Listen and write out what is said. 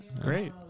Great